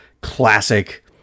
classic